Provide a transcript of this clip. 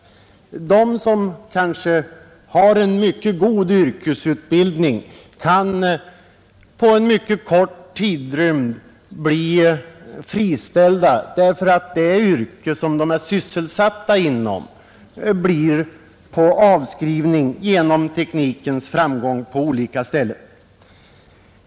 Folk som kanske har en mycket god yrkesutbildning kan på kort tid bli friställda, därför att deras yrke befinner sig på avskrivning genom teknikens framsteg.